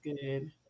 good